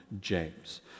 James